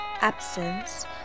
absence